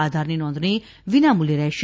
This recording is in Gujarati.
આધારની નોંધણી વિના મુલ્યે રહેશે